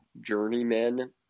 journeyman